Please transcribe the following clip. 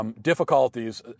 Difficulties